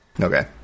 Okay